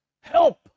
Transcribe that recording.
help